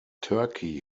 turkey